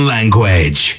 Language